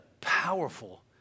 powerful